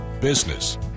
business